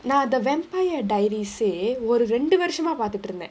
நா:naa the vampire dairies eh ஒரு ரெண்டு வருசமா பாத்திட்டு இருந்த:oru rendu varusamaa paathittu iruntha